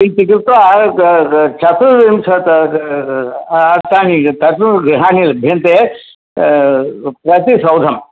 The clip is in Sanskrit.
इति कृत्वा चतुर्विंशत् ग अट्टानि तद् गृहाणि लभ्यन्ते प्रति सौधं